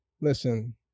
Listen